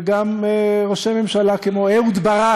וגם ראשי ממשלה כמו אהוד ברק,